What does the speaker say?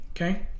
Okay